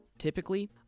Typically